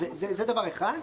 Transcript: זה דבר אחד.